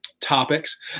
topics